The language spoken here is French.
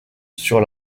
sur